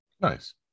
nice